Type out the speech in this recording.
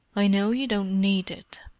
i know you don't need it,